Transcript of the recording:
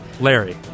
Larry